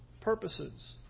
purposes